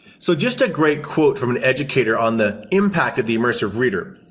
so just a great quote from an educator on the impact of the immersive reader.